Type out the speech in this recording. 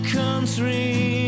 country